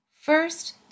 First